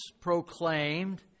proclaimed